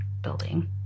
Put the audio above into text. building